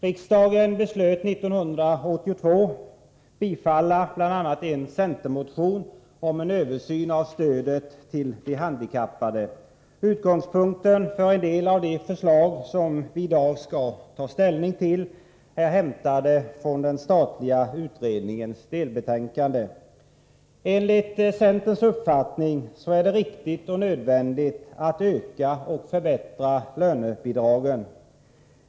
Riksdagen beslöt 1982 att bifalla bl.a. en centermotion om en översyn av stödet till de handikappade. Utgångspunkten för en del av de förslag som vi i dag skall ta ställning till är hämtade från den statliga utredningens delbetänkande. Enligt centerns uppfattning är det riktigt och nödvändigt att öka och förbättra lönebidragen.